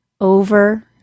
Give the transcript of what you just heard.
over